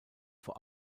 vor